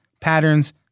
patterns